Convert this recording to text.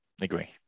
Agree